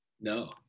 No